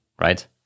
right